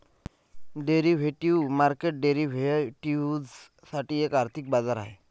derivative market derivatives साठी एक आर्थिक बाजार आहे